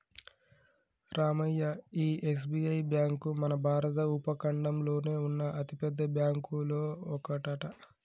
రామయ్య ఈ SBI bank మన భారత ఉపఖండంలోనే ఉన్న అతిపెద్ద బ్యాంకులో ఒకటట